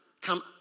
come